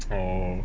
orh